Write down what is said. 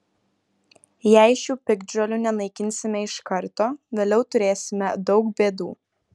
jei šių piktžolių nenaikinsime iš karto vėliau turėsime daug bėdų